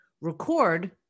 record